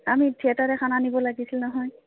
আমি থিয়েটাৰ এখন নিব লাগিছিল নহয়